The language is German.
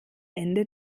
ende